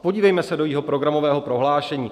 Podívejme se do jejího programového prohlášení.